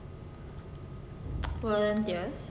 volunteers